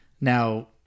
Now